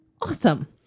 awesome